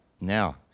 Now